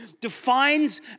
defines